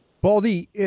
Baldy